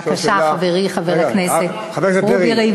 בבקשה, חברי חבר הכנסת ריבלין.